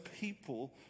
people